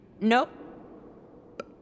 Nope